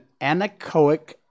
anechoic